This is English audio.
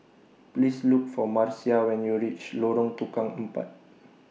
Please Look For Marcia when YOU REACH Lorong Tukang Empat